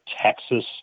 texas